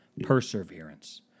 Perseverance